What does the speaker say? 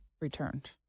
returned